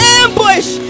ambush